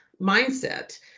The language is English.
mindset